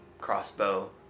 crossbow